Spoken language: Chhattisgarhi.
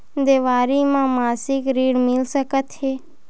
देवारी म मासिक ऋण मिल सकत हे?